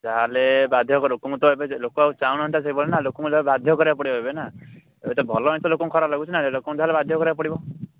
ତା'ହେଲେ ବାଧ୍ୟ୍ୟ କର ଲୋକଙ୍କୁ ତ ଏବେ ଲୋକ ଆଉ ଚାହୁଁନାହାନ୍ତି ନା ସେଭଳି ଲୋକଙ୍କୁ ବାଧ୍ୟ କରିବାକୁ ପଡ଼ିବ ଏବେ ନା ଯେଉଁଟା ଭଲ ଜିନିଷ ଲୋକଙ୍କୁ ଖରାପ ଲାଗୁଛିନା କ'ଣ ଲୋକଙ୍କୁ ତା'ହେଲେ ବାଧ୍ୟ କରିବାକୁ ପଡ଼ିବ